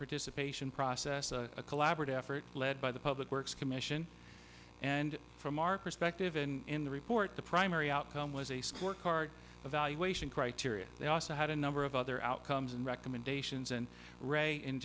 participation process a collaborative effort led by the public works commission and from our perspective in the report the primary outcome was a scorecard evaluation criteria they also had a number of other outcomes and recommendations and